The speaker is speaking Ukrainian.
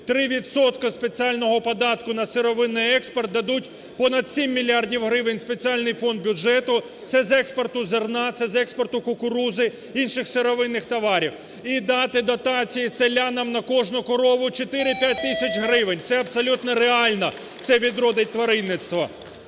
спеціального податку на сировинний експорт дадуть понад 7 мільярдів гривень в спеціальний фонд бюджету, це з експорту зерна, це з експорту кукурудзи, інших сировинних товарів. І дати дотації селянам на кожну корову 4-5 тисяч гривень. Це абсолютно реально, це відродить тваринництво.